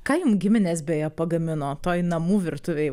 ką jum giminės beje pagamino toj namų virtuvėj